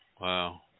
Wow